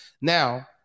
Now